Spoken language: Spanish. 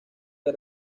que